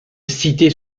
cité